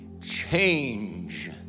Change